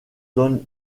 donnent